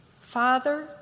Father